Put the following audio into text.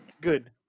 Good